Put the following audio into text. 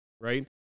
right